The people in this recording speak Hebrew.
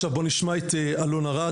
עכשיו בוא נשמע את אלון ארד,